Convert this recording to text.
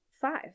five